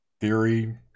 theory